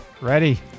ready